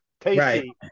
tasty